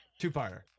Two-parter